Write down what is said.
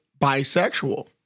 bisexual